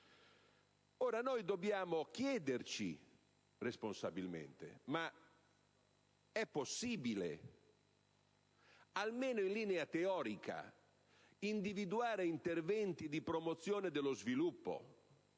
Europa. Dobbiamo chiederci, responsabilmente, se sia possibile, almeno in linea teorica, individuare interventi di promozione dello sviluppo